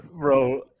bro